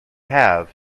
have